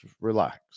relax